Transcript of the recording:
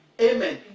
Amen